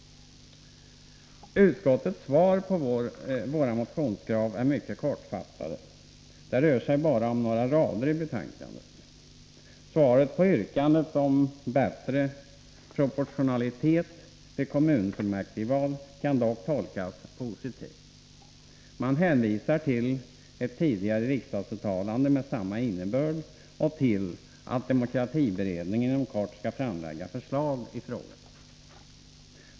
Utskottets svar på våra motionskrav är mycket kortfattade. Det rör sig bara om några rader i betänkandet. Svaret på yrkandet om bättre proportionalitet vid kommunfullmäktigeval kan dock tolkas positivt. Man hänvisar till ett tidigare riksdagsuttalande med samma innebörd och till att demokratiberedningen inom kort skall framlägga förslag i frågan.